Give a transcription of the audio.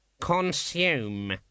Consume